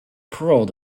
parole